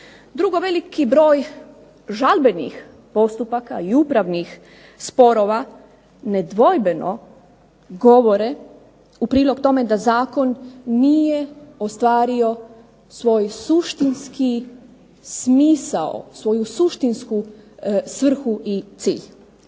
Drugo, veliki broj žalbenih postupaka i upravnih sporova nedvojbeno govore u prilog tome da zakon nije ostvario svoj suštinski smisao, svoju suštinsku svrhu i cilj.